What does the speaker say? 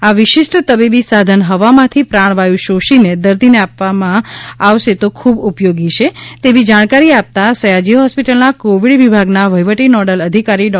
આ વિશિષ્ઠ તબીબી સાધન હવામાંથી પ્રાણવાયુ શોષીને દર્દીને આપવામાં ખૂબ ઉપયોગી છે તેવી જાણકારી આપતાં સયાજી હોસ્પિટલના કોવિડ વિભાગના વહીવટી નોડલ અધિકારી ડો